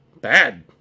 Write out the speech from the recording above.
bad